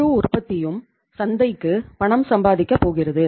முழு உற்பத்தியும் சந்தைக்கு பணம் சம்பாதிக்க போகிறது